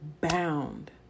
bound